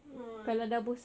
ah